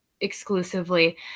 exclusively